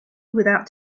without